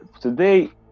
today